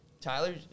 Tyler